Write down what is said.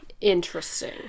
Interesting